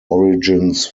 origins